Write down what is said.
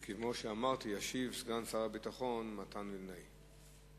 וכמו שאמרתי, ישיב סגן שר הביטחון מתן וילנאי.